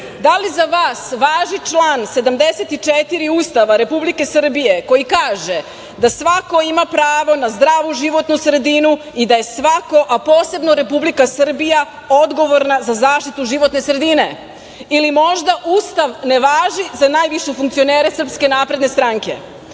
da li za vas važi član 74. Ustava Republike Srbije koji kaže – da svako ima pravo na zdravu životnu sredinu i da je svako, a posebno Republika Srbija odgovorna za zaštitu životne sredine ili možda Ustav ne važi za najviše funkcionere SNS?Pitanje